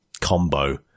combo